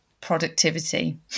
productivity